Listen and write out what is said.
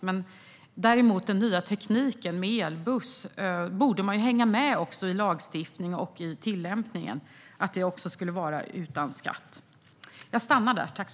Däremot när det gäller den nya tekniken med elbussar borde man hänga med i lagstiftningen och i tillämpningen, så att dessa elbussar inte heller beskattas.